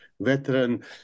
veteran